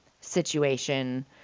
situation